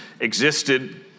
existed